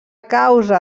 causa